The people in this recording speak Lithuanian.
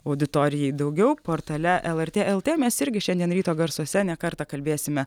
auditorijai daugiau portale lrt lt mes irgi šiandien ryto garsuose ne kartą kalbėsime